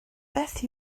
beth